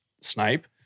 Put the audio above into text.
snipe